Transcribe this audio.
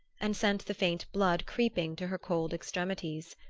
and sent the faint blood creeping to her cold extremities.